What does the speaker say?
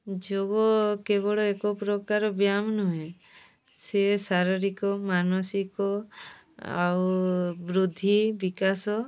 ଯୋଗ କେବଳ ଏକ ପ୍ରକାର ବ୍ୟାୟାମ ନୁହେଁ ସିଏ ଶାରୀରିକ ମାନସିକ ଆଉ ବୃଦ୍ଧି ବିକାଶ